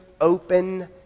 open